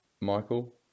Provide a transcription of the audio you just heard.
Michael